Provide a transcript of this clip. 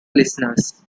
listeners